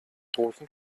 großen